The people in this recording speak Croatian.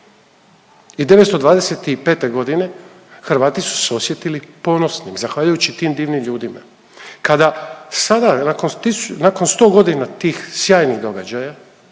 i 1925.g. Hrvati su se osjetili ponosnim zahvaljujući tim divnim ljudima. Kada sada nakon 100.g. tih sjajnih događaja